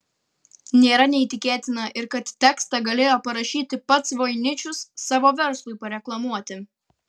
nėra neįtikėtina ir kad tekstą galėjo parašyti pats voiničius savo verslui pareklamuoti